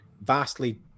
vastly